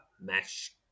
mesh